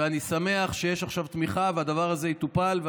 ואני שמח שיש עכשיו תמיכה והדבר הזה יטופל.